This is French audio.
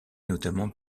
notamment